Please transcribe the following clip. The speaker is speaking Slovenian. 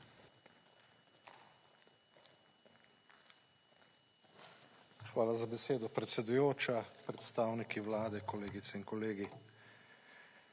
Hvala za besedo, predsedujoča. Predstavniki Vlade, kolegice in kolegi!